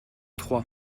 trois